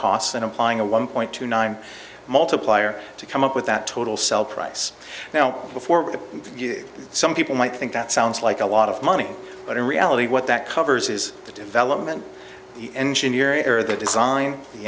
costs and applying a one point two nine multiplier to come up with that total sell price now before some people might think that sounds like a lot of money but in reality what that covers is the development engineering or the design the